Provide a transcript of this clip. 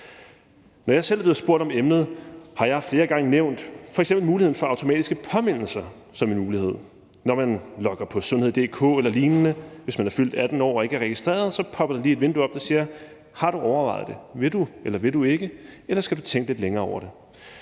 Når jeg selv er blevet spurgt om emnet, har jeg flere gange nævnt f.eks. muligheden for automatiske påmindelser som et forslag, f.eks. at der, når man logger på sundhed.dk eller lignende, hvis man er fyldt 18 år og ikke er registreret, lige popper et vindue op, hvor der spørges: Har du overvejet det? Vil du, eller vil du ikke, eller skal du tænke lidt længere over det?